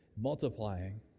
multiplying